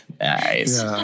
Nice